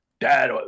Dad –